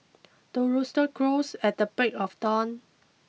the rooster crows at the break of dawn